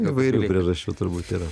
įvairių priežasčių turbūt yra